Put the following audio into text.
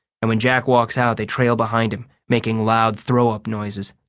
and when jack walks out, they trail behind him, making loud throw-up noises.